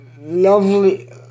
lovely